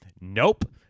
Nope